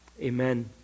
amen